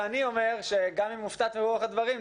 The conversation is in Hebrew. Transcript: אני אומר שגם אם הופתעת מרוח הדברים,